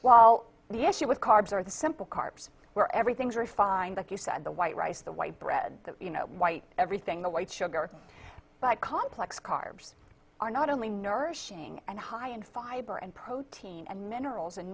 well the issue with carbs are the simple carbs where everything's refined like you said the white rice the white bread the white everything the white sugar but complex carbs are not only nourishing and high in fiber and protein and minerals and